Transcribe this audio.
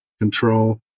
control